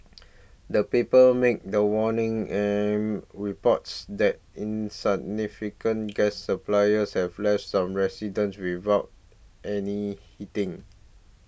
the paper made the warning and reports that insignificant gas supplies have left some residents without any heating